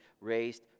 raised